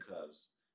curves